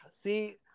see